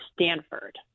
Stanford